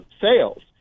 sales